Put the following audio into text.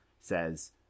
Says